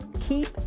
keep